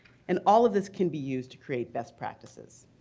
and all of this can be used to create best practices.